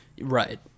Right